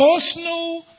personal